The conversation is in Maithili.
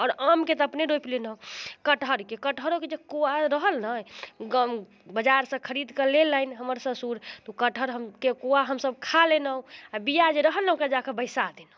आओर आमके तऽ अपने रोपि लेलहुँ कटहरके कटहरोके जे कोआ रहल ने गाम बजारसँ खरीद कऽ लेलनि हमर ससुर तऽ ओ कटहर हमके कोआ हमसब खा लेलहुँ आओर बिआ या जे रहल ने ओकरा जाकऽ बैसा देलहुँ